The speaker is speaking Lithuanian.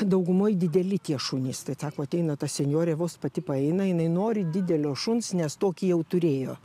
daugumoj dideli tie šunys tai sako ateina ta senjorė vos pati paeina jinai nori didelio šuns nes tokį jau turėjo